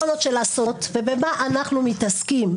ובמה אנחנו מתעסקים?